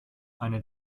eine